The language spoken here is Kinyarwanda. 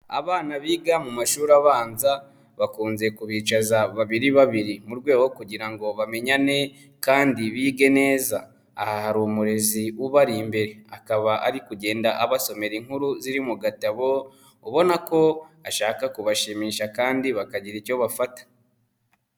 Abana biga mu mashuri abanza bakunze kubicaza babiri babiri mu rwego kugira ngo bamenyane kandi bige neza, aha harimurezi ubari imbere, akaba ari kugenda abasomera inkuru ziri mu gatabo, ubona ko ashaka kubashimisha kandi bakagira icyo bafata.